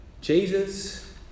Jesus